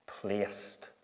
placed